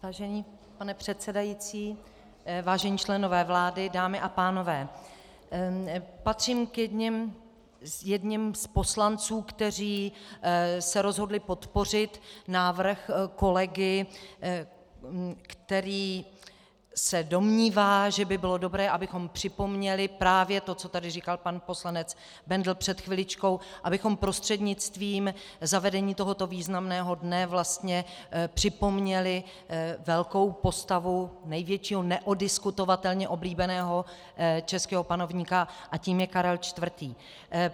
Vážený pane předsedající, vážení členové vlády, dámy a pánové, patřím k poslancům, kteří se rozhodli podpořit návrh kolegy, který se domnívá, že by bylo dobré, abychom připomněli právě to, co tady říkal pan poslanec Bendl před chviličkou, abychom prostřednictvím zavedení tohoto významného dne vlastně připomněli velkou postavu největšího neoddiskutovatelně oblíbeného českého panovníka, a tím je Karel IV.